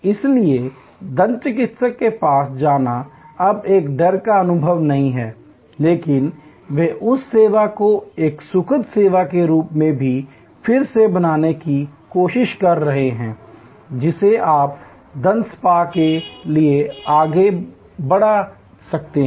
इसलिए दंत चिकित्सक के पास जाना अब एक डर का अनुभव नहीं है लेकिन वे उस सेवा को एक सुखद सेवा के रूप में फिर से बनाने की कोशिश कर रहे हैं जिसे आप दंत स्पा के लिए आगे बढ़ा सकते हैं